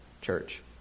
church